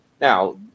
now